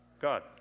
God